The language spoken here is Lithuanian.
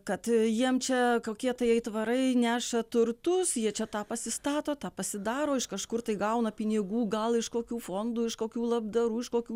kad jiem čia kokie tai aitvarai neša turtus jie čia tą pasistato tą pasidaro iš kažkur tai gauna pinigų gal iš kokių fondų iš kokių labdarų iš kokių